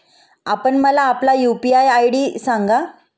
आपण मला आपला यू.पी.आय आय.डी सांगा